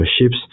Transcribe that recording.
ships